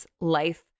life